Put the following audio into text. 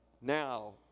Now